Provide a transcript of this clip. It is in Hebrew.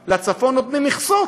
חממה, לצפון נותנים מכסות.